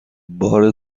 بار